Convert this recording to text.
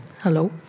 hello